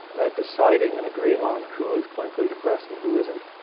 at deciding and agreeing on who is clinically depressed and who isn't,